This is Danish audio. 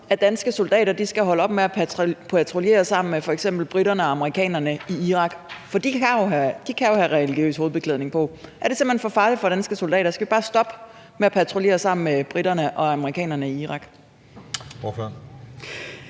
at danske soldater skal holde op med at patruljere sammen med f.eks. briterne og amerikanerne i Irak? For de kan jo have religiøs hovedbeklædning på. Er det simpelt hen for farligt for danske soldater? Skal vi bare stoppe med at patruljere sammen med briterne og amerikanerne i Irak?